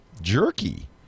jerky